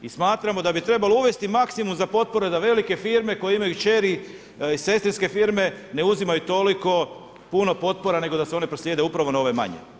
I smatramo da bi trebalo uvesti maksimum za potpore da velike firme koje imaju kćeri i sestrinske firme ne uzimaju toliko puno potpora nego da se one proslijede upravo na ove manje.